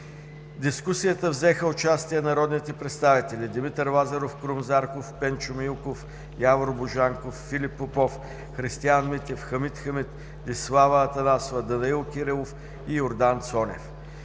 дискусията взеха участие народните представители: Димитър Лазаров, Крум Зарков, Пенчо Милков, Явор Божанков, Филип Попов, Христиан Митев, Хамид Хамид, Десислава Атанасова, Данаил Кирилов и Йордан Цонев.